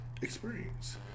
experience